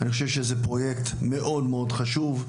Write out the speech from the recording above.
אני חושב שזה פרויקט מאוד מאוד חשוב.